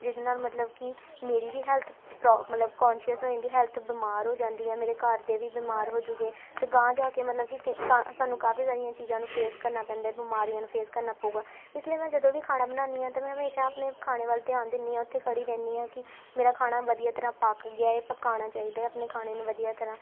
ਜਿਹਦੇ ਨਾਲ ਮਤਲਬ ਕਿ ਮੇਰੀ ਵੀ ਹੈਲਥ ਪ੍ਰੋ ਮਤਲਬ ਕੋਨਸੀਅਸ ਹੋ ਜਾਂਦੀ ਹੈਲਥ ਬਿਮਾਰ ਹੋ ਜਾਂਦੀ ਹੈ ਮੇਰੇ ਘਰ ਦੇ ਵੀ ਬਿਮਾਰ ਹੋਜੁਗੇ ਅਤੇ ਅਗਾਂਹ ਜਾ ਕੇ ਮਤਲਬ ਕਿ ਸਾਨੂੰ ਕਾਫ਼ੀ ਸਾਰੀਆਂ ਚੀਜ਼ਾਂ ਨੂੰ ਫੇਸ ਕਰਨਾ ਪੈਂਦਾ ਬਿਮਾਰੀਆਂ ਨੂੰ ਫੇਸ ਕਰਨਾ ਪਊਗਾ ਇਸ ਲਈ ਮੈਂ ਜਦੋਂ ਵੀ ਖਾਣਾ ਬਣਾਉਂਦੀ ਹਾਂ ਤਾਂ ਮੈਂ ਹਮੇਸ਼ਾ ਆਪਣੇ ਖਾਣੇ ਵੱਲ ਧਿਆਨ ਦਿੰਦੀ ਹਾਂ ਉੱਥੇ ਖੜੀ ਰਹਿੰਦੀ ਹਾਂ ਕਿ ਮੇਰਾ ਖਾਣਾ ਵਧੀਆ ਤਰ੍ਹਾਂ ਪੱਕ ਗਿਆ ਹੈ ਪਕਾਉਣਾ ਚਾਹੀਦਾ ਆਪਣੇ ਖਾਣੇ ਨੂੰ ਵਧੀਆ ਤਰ੍ਹਾਂ